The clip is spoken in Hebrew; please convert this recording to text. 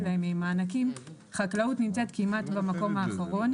להם מענקים חקלאות נמצאת כמעט במקום האחרון,